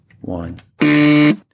One